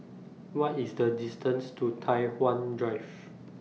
What IS The distance to Tai Hwan Drive